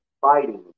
fighting